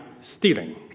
stealing